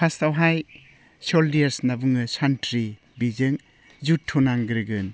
फार्स्टआवहाय सलजोर्स होनना बुङो सान्थ्रि बिजों जुद्ध नांग्रोगोन